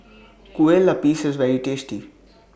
Kueh Lapis IS very tasty